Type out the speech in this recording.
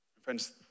Friends